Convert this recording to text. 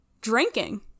drinking